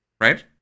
right